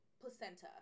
placenta